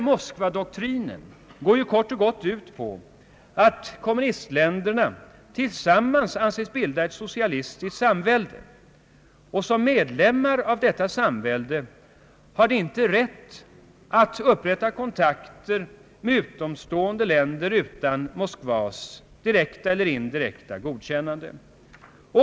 Moskvadoktrinen går kort och gott ut på att kommunistländerna tillsammans anses bilda ett socialistiskt samvälde. Som medlemmar av detta välde skulle de inte ha rätt att upprätta kontakter med utomstående länder utan Moskvas direkta eller indirekta godkännande.